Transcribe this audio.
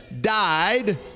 died